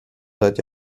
seit